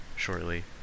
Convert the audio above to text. shortly